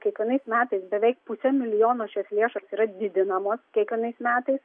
kiekvienais metais beveik pusę milijono šios lėšos yra didinamos kiekvienais metais